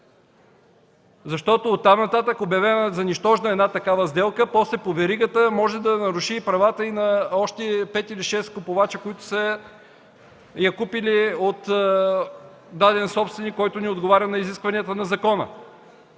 имоти. Оттам нататък се обявява за нищожна една такава сделка и после по веригата може да се нарушат правата на още 5-6 купувачи, които са я купили от даден собственик, който не отговаря на изискванията на закона.